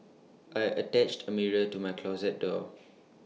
I attached A mirror to my closet door